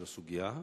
של הסוגיה,